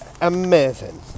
amazing